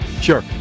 Sure